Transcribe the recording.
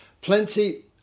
plenty